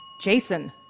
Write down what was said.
Jason